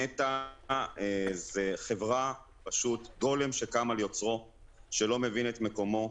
נת"ע זה גולם שקם על יוצרו,